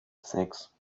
sechs